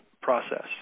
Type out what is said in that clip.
process